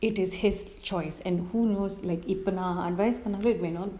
it is his choice and who knows like இப்ப நா:ippa na advice பண்ணாலே:pannale when all